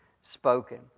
spoken